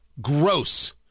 gross